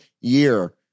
year